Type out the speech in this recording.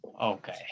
Okay